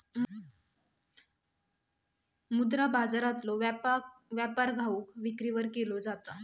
मुद्रा बाजारातलो व्यापार घाऊक विक्रीवर केलो जाता